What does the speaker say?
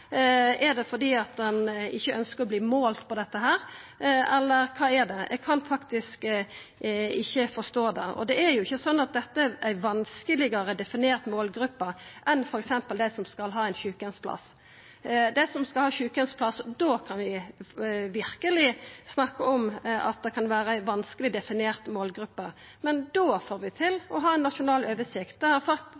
Er det fordi ein ikkje ønskjer å verta målt på det, eller kva er det? Eg kan faktisk ikkje forstå det. Det er ikkje slik at dette er ei målgruppe som det er vanskelegare å definera enn f.eks. dei som skal ha ein sjukeheimsplass. Når det gjeld dei som skal ha sjukeheimsplass, kan vi verkeleg snakka om at det kan vera ei målgruppe som det er vanskeleg å definera. Men der får vi til